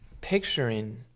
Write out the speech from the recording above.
picturing